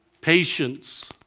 Patience